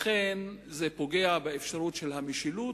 זה פוגע באפשרות של המשילות,